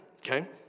Okay